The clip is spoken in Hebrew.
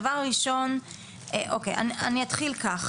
אני אתחיל כך,